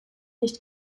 nicht